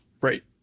Right